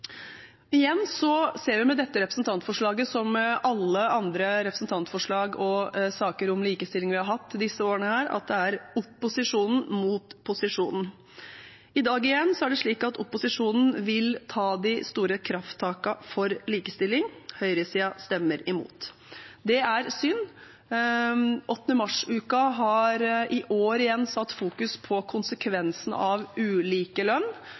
ser vi med dette representantforslaget som med alle andre representantforslag og saker om likestilling vi har hatt disse årene, at det er opposisjonen mot posisjonen. I dag igjen er det slik at opposisjonen vil ta de store krafttakene for likestilling. Høyresiden stemmer imot. Det er synd. 8. mars-uka har i år igjen fokusert på konsekvensene av